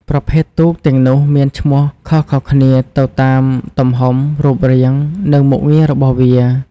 ប្រភេទទូកទាំងនោះមានឈ្មោះខុសៗគ្នាទៅតាមទំហំ រូបរាង និងមុខងាររបស់វា។